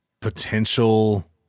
potential